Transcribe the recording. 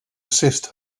assist